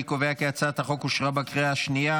אני קובע כי הצעת החוק אושרה בקריאה השנייה.